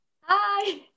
Hi